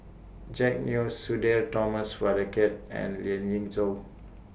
Jack Neo Sudhir Thomas Vadaketh and Lien Ying Chow